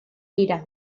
dira